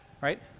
right